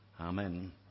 Amen